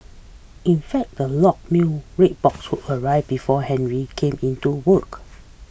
in fact the locked red box would arrive before Henry came in to work